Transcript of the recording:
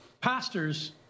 pastors